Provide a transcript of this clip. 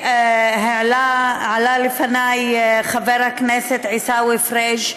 עלה לפניי חבר הכנסת עיסאווי פריג'